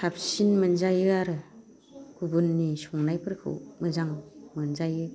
साबसिन मोनजायो आरो गुबुननि संनायफोरखौ मोजां मोनजायो